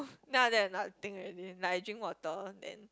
then after that nothing already like I drink water then